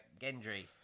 Gendry